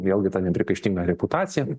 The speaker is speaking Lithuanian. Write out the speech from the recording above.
vėlgi ta nepriekaištinga reputacija